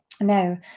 Now